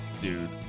Dude